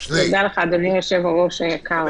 אדוני היושב-ראש היקר.